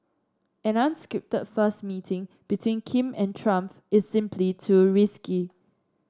an unscripted first meeting between Kim and Trump is simply too risky